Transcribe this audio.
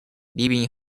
leaving